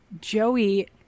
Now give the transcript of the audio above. Joey